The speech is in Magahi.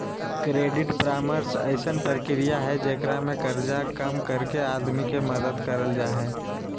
क्रेडिट परामर्श अइसन प्रक्रिया हइ जेकरा में कर्जा कम करके आदमी के मदद करल जा हइ